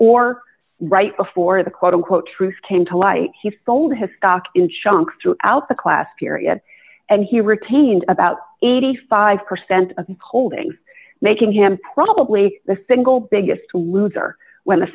or right before the quote unquote truth came to light he told his stock in chunks throughout the class period and he retained about eighty five percent of holdings making him probably the single biggest loser when the